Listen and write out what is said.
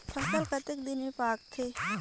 फसल कतेक दिन मे पाकथे?